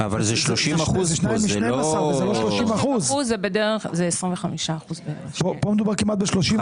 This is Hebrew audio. זה 2 מ-12 וזה לא 30%. זה 25%. פה מדובר כמעט ב-30%.